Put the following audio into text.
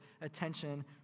attention